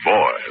Boy